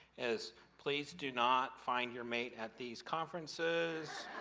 is please do not find your mate at these conferences,